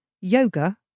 yoga